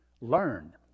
learn